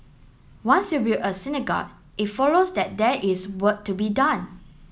once you build a synagogue it follows that there is work to be done